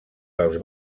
dels